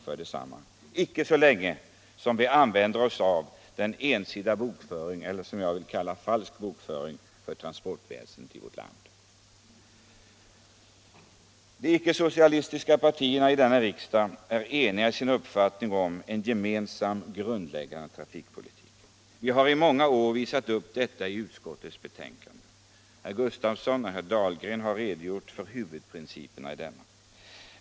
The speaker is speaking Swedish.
flyg eller båt — icke så länge vi använder oss av en ensidig bokföring, som jag vill kalla falsk bokföring, för transportväsendet i vårt land. De icke-socialistiska partierna i denna riksdag är ense om en gemensam grundläggande trafikpolitik. Vi har i många år visat upp detta i utskottsbetänkanden. Herr Sven Gustafson och herr Dahlgren har redogjort för huvudprinciperna i denna trafikpolitik.